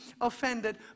offended